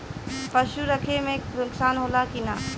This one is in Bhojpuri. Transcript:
पशु रखे मे नुकसान होला कि न?